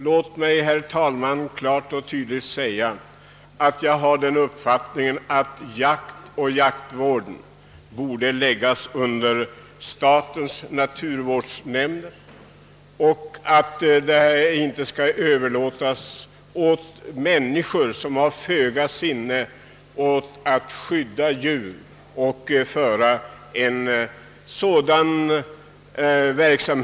Låt mig, herr talman, klart deklarera att jag anser att det bör ankomma på statens naturvårdsnämnd att ombesörja jaktvården och att detta inte bör överlåtas åt människor som har föga sinne för att skydda djur.